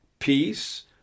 peace